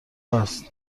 هست